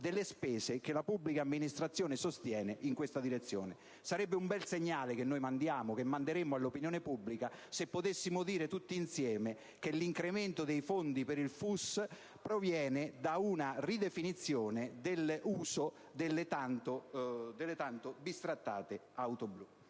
delle spese che la pubblica amministrazione sostiene in questa direzione. Sarebbe un bel segnale che noi mandiamo, che manderemmo all'opinione pubblica se potessimo dire tutti insieme che l'incremento dei fondi per il FUS proviene da una ridefinizione dell'uso delle tanto bistrattate auto blu.